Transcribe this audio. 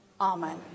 Amen